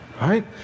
right